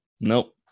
Nope